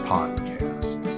Podcast